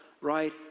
right